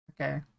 Okay